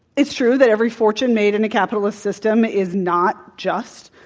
it's true that every fortune made in a capitalism system is not just.